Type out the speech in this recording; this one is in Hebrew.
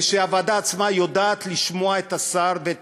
ושהוועדה עצמה יודעת לשמוע את השר ואת